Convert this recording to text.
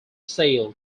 sale